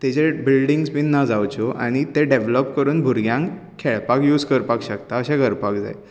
तेजेर बिल्डिंगस बी ना जावच्यों आनी ते डेवेलोप करून भुरग्यांक खेळपाक यूज करपाक शकता अशें करपाक जाय